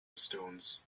stones